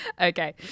Okay